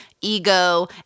ego